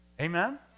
amen